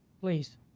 please